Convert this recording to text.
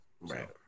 Right